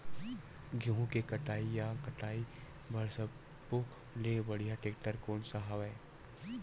गेहूं के कटाई या कटाई बर सब्बो ले बढ़िया टेक्टर कोन सा हवय?